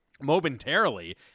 momentarily